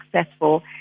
successful